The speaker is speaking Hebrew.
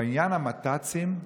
בעניין המת"צים,